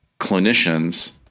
clinicians